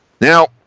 Now